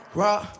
rock